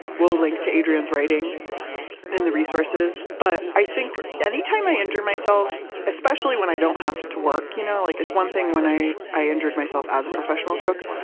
we'll link to adrian's writing in the resources but i think, anytime i injure myself and especially when i don't have to work, you know like it's one thing when i i injured myself as a professional cook.